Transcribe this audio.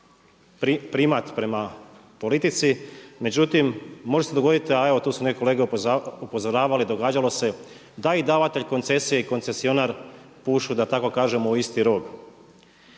primat prema politici, međutim može se dogodit, a evo tu su neke kolege upozoravale događalo se da i davatelj koncesija i koncesionar pušu da tako kažem u isti rog.